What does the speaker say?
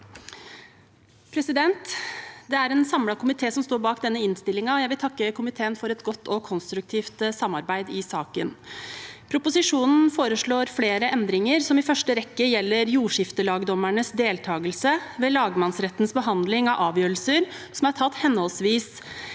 sa- ken): Det er en samlet komité som står bak denne innstillingen, og jeg vil takke komiteen for et godt og konstruktivt samarbeid i saken. I proposisjonen foreslås flere endringer som i første rekke gjelder jordskiftelagdommernes deltakelse ved lagmannsrettens behandling av avgjørelser som er tatt henholdsvis